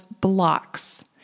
blocks